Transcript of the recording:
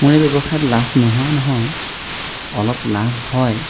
মোৰ এই ব্যৱসায়ত লাভ নোহোৱা নহয় অলপ লাভ হয়